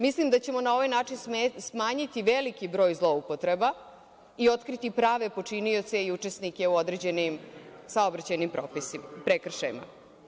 Mislim da ćemo na ovaj način smanjiti veliki broj zloupotreba i otkriti prave počinioce i učesnike u određenim saobraćajnim prekršajima.